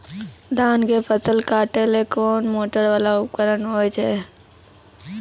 धान के फसल काटैले कोन मोटरवाला उपकरण होय छै?